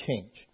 change